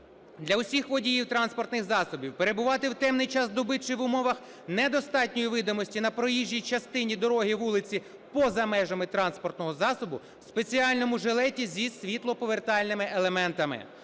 Для усіх водіїв транспортних засобів перебувати в темний час доби чи в умовах недостатньої видимості на проїжджій частині дороги, вулиці поза межами транспортного засобу в спеціальному жилеті зі світлоповертальними елементами.